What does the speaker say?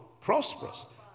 Prosperous